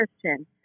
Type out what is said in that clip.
Christian